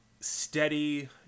steady